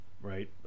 Right